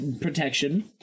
protection